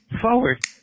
forward